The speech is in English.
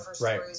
right